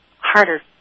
harder